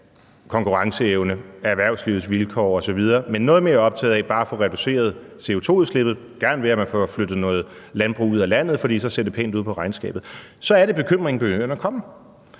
konkurrenceevne, erhvervslivets vilkår osv., men noget mere optaget af bare at få reduceret CO2-udslippet og gerne ved, at man får flyttet noget landbrug ud af landet, for så ser det pænt ud på regnskabet, så er det som sagt, at bekymringen begynder at komme.